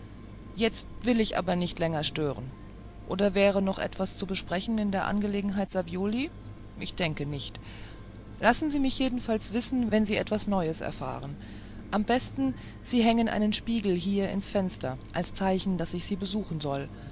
jetzt will ich aber nicht langer stören oder wäre noch etwas zu besprechen in der angelegenheit savioli ich denke nicht lassen sie mich jedenfalls wissen wenn sie etwas neues erfahren am besten sie hängen einen spiegel hier ans fenster als zeichen daß ich sie besuchen soll